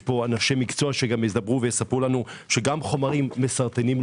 יש פה אנשי מקצוע שיספרו לנו שגם חומרים מסרטנים,